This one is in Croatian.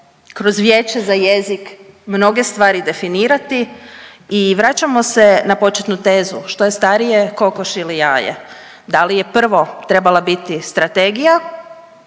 kroz vijeće za jezik mnoge stvari definirati. I vraćamo se na početnu tezu, što je starije kokoš ili jaje, da li je prvo trebala biti strategija